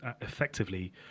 effectively